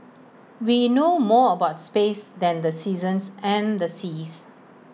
we know more about space than the seasons and the seas